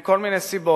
מכל מיני סיבות.